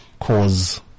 cause